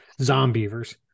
Zombievers